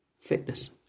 fitness